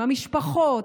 המשפחות,